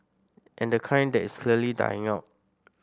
and the kind that is clearly dying out